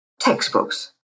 textbooks